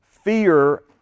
Fear